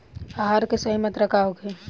आहार के सही मात्रा का होखे?